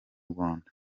rwanda